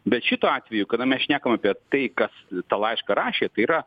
bet šituo atveju kada mes šnekam apie tai kas tą laišką rašė tai yra